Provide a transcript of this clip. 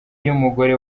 y’umugore